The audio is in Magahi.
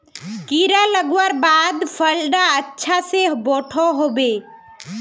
कीड़ा लगवार बाद फल डा अच्छा से बोठो होबे?